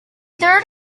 third